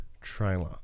trailer